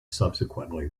subsequently